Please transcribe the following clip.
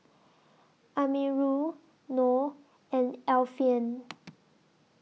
Amirul Noh and Alfian